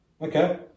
Okay